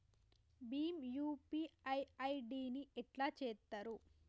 Bhim UPI ID ని ఎట్లా చేత్తరు?